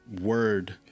word